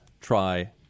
try